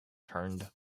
turned